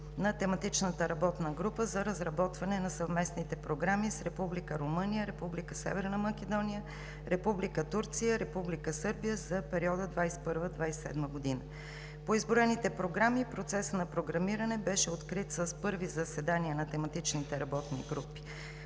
на Тематичната работна група за разработване на съвместни програми с Република Румъния, Република Северна Македония, Република Турция, Република Сърбия за периода 2021 – 2027 г. По изброените програми процесът на програмиране беше открит с първите заседания на тематичните работни групи.